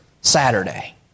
Saturday